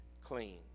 clean